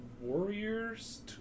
warriors